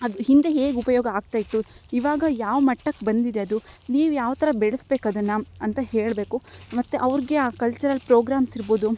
ಅದು ಹಿಂದೆ ಹೇಗೆ ಉಪಯೋಗ ಆಗ್ತಾಯಿತ್ತು ಇವಾಗ ಯಾವ ಮಟ್ಟಕ್ಕೆ ಬಂದಿದೆ ಅದು ನೀವು ಯಾವ ಥರ ಬೆಳೆಸ್ಬೇಕ್ ಅದನ್ನು ಅಂತ ಹೇಳಬೇಕು ಮತ್ತು ಅವ್ರಿಗೆ ಆ ಕಲ್ಚರಲ್ ಪ್ರೋಗ್ರಾಮ್ಸ್ ಇರ್ಬೋದು